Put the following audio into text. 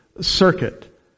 circuit